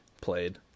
played